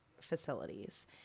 facilities